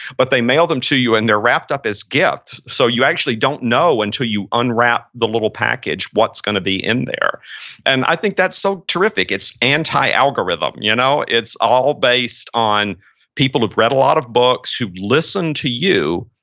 but they mail them to you and they're wrapped up as gift. so, you actually don't know until you unwrap the little package what's going to be in there and i think that's so terrific. it's anti-algorithm. you know it's all based on people who've read a lot of books, who listened to you,